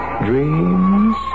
dreams